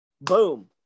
boom